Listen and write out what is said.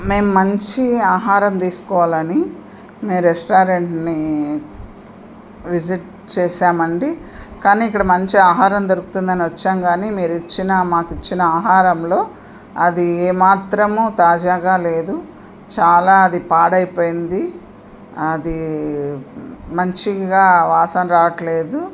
మేం మంచి ఆహారం తీసుకోవాలని మీ రెస్టారెంట్ని విజిట్ చేసామండి కానీ ఇక్కడ మంచి ఆహారం దొరుకుతుందని వచ్చాం కానీ మీరు ఇచ్చిన మాకు ఇచ్చిన ఆహారంలో అది ఏమాత్రము తాజాగా లేదు చాలా అది పాడైపోయింది అది మంచిగా వాసన రావట్లేదు